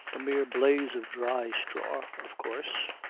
a mere blaze of dry straw, of course.